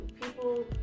People